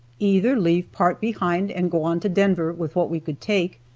either leave part behind and go on to denver with what we could take,